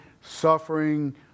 suffering